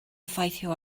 effeithio